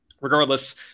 Regardless